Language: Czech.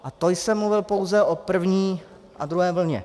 A to jsem mluvil pouze o první a druhé vlně.